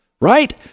right